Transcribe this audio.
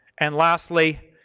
and, lastly,